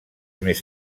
més